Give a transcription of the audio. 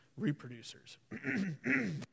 reproducers